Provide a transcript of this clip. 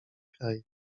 kraj